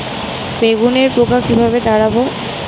বেগুনের পোকা কিভাবে তাড়াব?